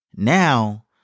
Now